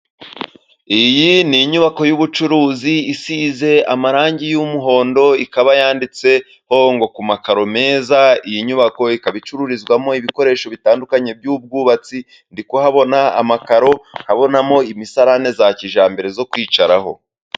Iyi ni inyubako y'ubucuruzi isize amarangi y'umuhondo, ikaba yanditse ho ngog ku makaro meza, iyi nyubako ikaba icururizwamo ibikoresho bitandukanye by'ubwubatsi, ndi kuhabona amakaro, nk'abonamo imisarane ya kijyambere yo kwicaraho.